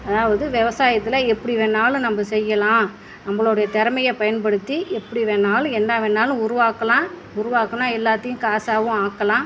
அதாவது விவசாயத்துல எப்படி வேணாலும் நம்ம செய்யலாம் நம்மளோட திறமைய பயன்படுத்தி எப்படி வேணாலும் என்ன வேணாலும் உருவாக்கலாம் உருவாக்குனால் எல்லாத்தையும் காசாகவும் ஆக்கலாம்